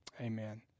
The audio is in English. Amen